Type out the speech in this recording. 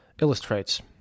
illustrates